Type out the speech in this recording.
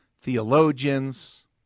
Theologians